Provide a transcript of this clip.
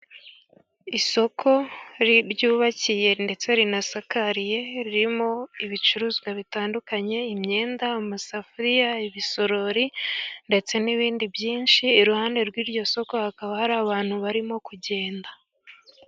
Isoko ryubakiye ndetse rinasakariye ririmo ibicuruzwa bitandukanye imyenda, amasafuriya, ibisorori ndetse n'ibindi byinshi. Iruhande rw'iryo soko hakaba hari abantu barimo kugenda.